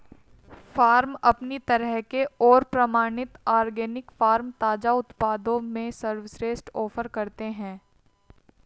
farm अपनी तरह के और प्रमाणित ऑर्गेनिक फ़ार्म ताज़ा उत्पादों में सर्वश्रेष्ठ ऑफ़र करते है